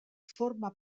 forma